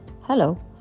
Hello